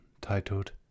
titled